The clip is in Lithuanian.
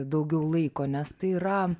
daugiau laiko nes tai yra